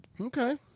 Okay